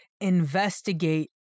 investigate